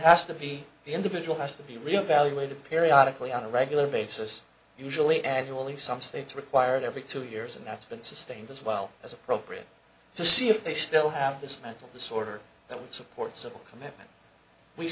has to be the individual has to be reevaluated periodical on a regular basis usually annually some states require it every two years and that's been sustained as well as appropriate to see if they still have this mental disorder that would support civil commitment we